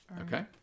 okay